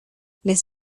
les